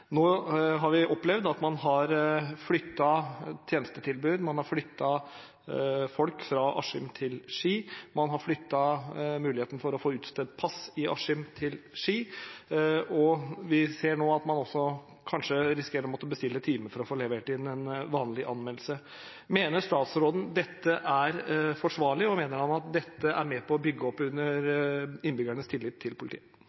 nå seks – kommunene. Nå har vi opplevd at man har flyttet tjenestetilbud, man har flyttet folk fra Askim til Ski, man har flyttet muligheten for å få utstedt pass fra Askim til Ski, og vi ser nå at man kanskje også risikerer å måtte bestille time for å få levert inn en vanlig anmeldelse. Mener statsråden dette er forsvarlig, og mener han at dette er med på å bygge opp under innbyggernes tillit til politiet?